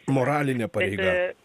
moralinė pareiga